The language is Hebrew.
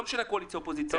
בלי הבדל קואליציה-אופוזיציה.